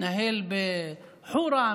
מתנהל בחורה,